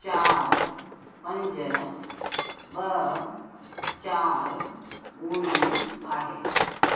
चारि पंज ॿ चारि ॿुड़ी आहे